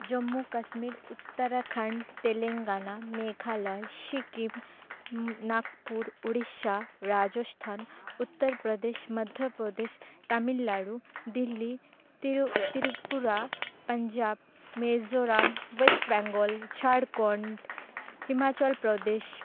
ᱡᱚᱢᱢᱩ ᱠᱟᱥᱢᱤᱨ ᱩᱛᱛᱚᱨᱟᱠᱷᱚᱱᱰ ᱛᱮᱞᱮᱝᱜᱟᱱᱟ ᱢᱮᱜᱷᱟᱞᱚᱭ ᱥᱤᱠᱤᱢ ᱱᱟᱜᱽᱯᱩᱨ ᱳᱲᱤᱥᱥᱟ ᱨᱟᱡᱚᱥᱛᱷᱟᱱ ᱩᱛᱛᱚᱨ ᱯᱨᱚᱫᱮᱥ ᱢᱚᱫᱽᱫᱷᱚᱯᱨᱚᱫᱮᱥ ᱛᱟᱢᱤᱞᱱᱟᱲᱩ ᱫᱤᱞᱞᱤ ᱛᱤᱨᱩ ᱛᱨᱤᱯᱩᱨᱟ ᱯᱟᱧᱡᱟᱵᱽ ᱢᱤᱡᱳᱨᱟᱢ ᱳᱭᱮᱥᱴ ᱵᱮᱝᱜᱚᱞ ᱡᱷᱟᱲᱠᱷᱚᱱᱰ ᱦᱤᱢᱟᱪᱚᱞ ᱯᱨᱚᱫᱮᱥ